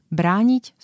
brániť